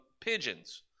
pigeons